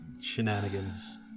shenanigans